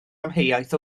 amheuaeth